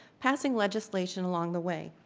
passing legislation along the way.